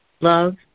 Love